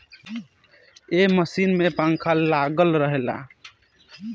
ए machine में पंखा लागल रहेला